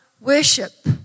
worship